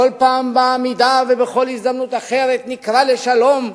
כל פעם בעמידה ובכל הזדמנות אחרת נקרא לשלום,